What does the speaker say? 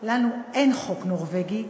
לנו אין חוק נורבגי,